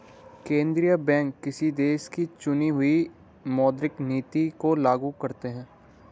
केंद्रीय बैंक किसी देश की चुनी हुई मौद्रिक नीति को लागू करते हैं